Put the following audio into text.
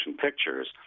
pictures